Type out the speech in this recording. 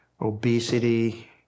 obesity